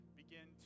begin